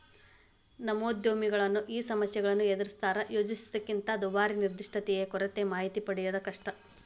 ನವೋದ್ಯಮಿಗಳು ಈ ಸಮಸ್ಯೆಗಳನ್ನ ಎದರಿಸ್ತಾರಾ ಯೋಜಿಸಿದ್ದಕ್ಕಿಂತ ದುಬಾರಿ ನಿರ್ದಿಷ್ಟತೆಯ ಕೊರತೆ ಮಾಹಿತಿ ಪಡೆಯದು ಕಷ್ಟ